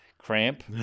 cramp